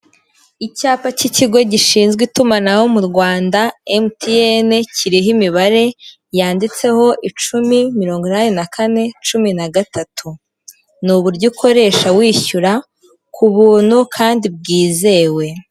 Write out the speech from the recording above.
Icyapa kikigo gishinzwe itumanaho murwanda MTN kiriho imibare yanditseho icumi mirongo inani na kane cumi na gatatu nuburyo ukoresha wishyura kubuntu kandi bwizewe.